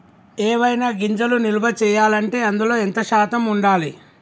ఏవైనా గింజలు నిల్వ చేయాలంటే అందులో ఎంత శాతం ఉండాలి?